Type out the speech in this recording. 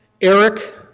Eric